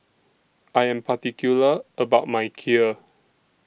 I Am particular about My Kheer